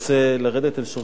אני רוצה לרדת לשורשי העניין